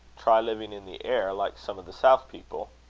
try living in the air, like some of the south people?